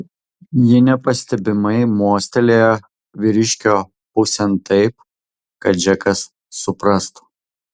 ji nepastebimai mostelėjo vyriškio pusėn taip kad džekas suprastų